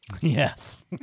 Yes